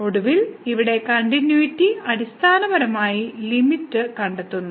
ഒടുവിൽ ഇവിടെ കണ്ടിന്യൂയിറ്റി അടിസ്ഥാനപരമായി ലിമിറ്റ് കണ്ടെത്തുന്നു